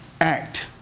Act